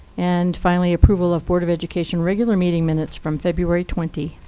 and finally, approval of board of education regular meeting minutes from february twenty,